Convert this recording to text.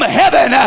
heaven